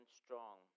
strong